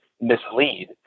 mislead